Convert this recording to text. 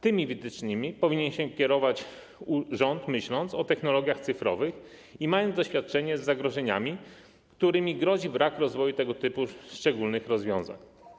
Tymi wytycznymi powinien się kierować rząd, myśląc o technologiach cyfrowych i mając doświadczenie z zagrożeniami, które niesie brak rozwoju tego typu szczególnych rozwiązań.